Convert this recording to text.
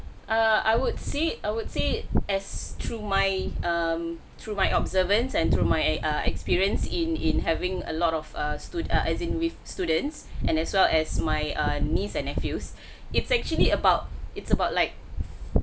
err I would say I would say as through my um through my observance and through my err experience in in having a lot of err stud~ as in with students and as well as my ah niece and nephews it's actually about it's about like